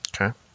Okay